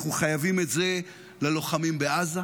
אנחנו חייבים את זה ללוחמים בעזה,